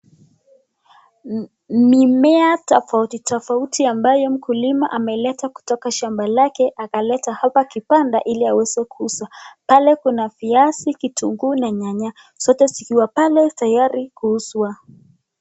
Mimea tofauti tofauti ambayo mkulima ameileta kutoka shamba lake, akaleta hapa kibanda ili aweze kuuza. Pale kuna viazi, kitunguu na nyanya zote zikiwa pale tayari kuuzwa.